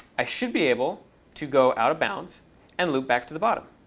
i should be able to go out of bounds and loop back to the bottom,